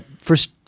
First